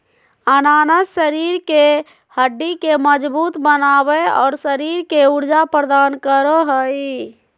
अनानास शरीर के हड्डि के मजबूत बनाबे, और शरीर के ऊर्जा प्रदान करो हइ